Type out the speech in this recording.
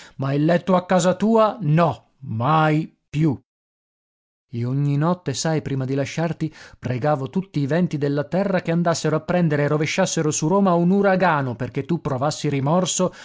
ma il letto a casa tua no mai più e ogni notte sai prima di lasciarti pregavo tutti i venti della terra che andassero a prendere e rovesciassero su roma un uragano perché tu provassi rimorso